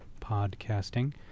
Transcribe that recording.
podcasting